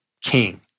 king